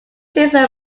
season